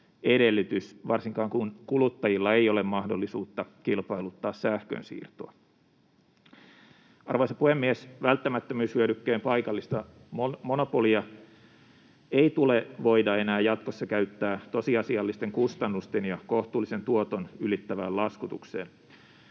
varsinkin, kun kuluttajilla ei ole mahdollisuutta kilpailuttaa sähkönsiirtoa. Arvoisa puhemies! Välttämättömyyshyödykkeen paikallista monopolia ei tule voida enää jatkossa käyttää tosiasiallisten kustannusten ja kohtuullisen tuoton ylittävään laskutukseen.